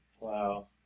Wow